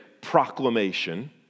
proclamation